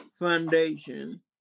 foundation